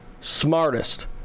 smartest